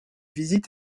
visite